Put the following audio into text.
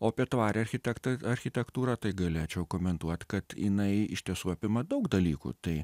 apie tvarią architekta architektūrą tai galėčiau komentuot kad jinai iš tiesų apima daug dalykų tai